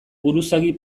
buruzagi